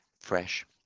fresh